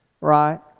right